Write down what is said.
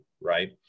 right